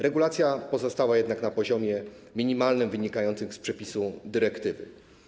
Regulacja pozostała jednak na poziomie minimalnym, wynikającym z przepisu dyrektywy.